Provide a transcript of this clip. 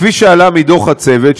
כפי שעלה מדוח הצוות,